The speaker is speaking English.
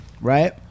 Right